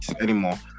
anymore